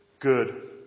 good